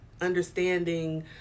understanding